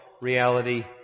reality